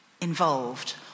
involved